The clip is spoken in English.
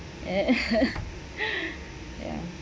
eh ya